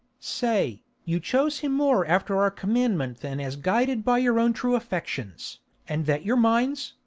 say you chose him more after our commandment than as guided by your own true affections and that your minds,